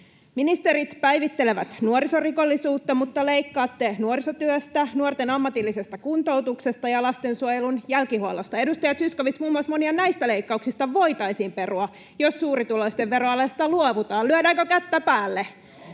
Ministerit päivittelevät nuorisorikollisuutta, mutta leikkaatte nuorisotyöstä, nuorten ammatillisesta kuntoutuksesta ja lastensuojelun jälkihuollosta. Edustaja Zyskowicz, muun muassa monia näistä leikkauksista voitaisiin perua, jos suurituloisten veroalesta luovutaan. Lyödäänkö kättä päälle?